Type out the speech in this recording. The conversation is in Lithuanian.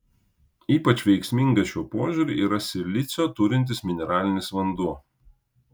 ypač veiksmingas šiuo požiūriu yra silicio turintis mineralinis vanduo